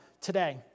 today